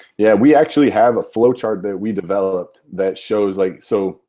yeah, we actually have a flowchart that we developed that shows like so.